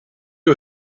are